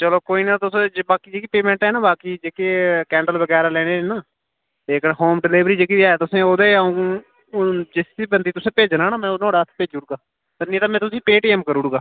चलो कोई ना तुस ज बाकी जेह्की पेऽमैंट है ना बाकी जेह्के कैंडल बगैरा लैने ना जेह्का होम डिलीवरी जेह्की है तुसें ई ओह्दे अ'ऊं जिस्सी बंदे ई तुसें भेज्जना ना में नुआढ़े हत्थ भेजी ओड़गा नेईं ते में तुसें ई पेऽटीऐम्म करी ओड़गा